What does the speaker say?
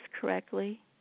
correctly